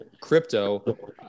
crypto